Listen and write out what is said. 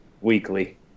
weekly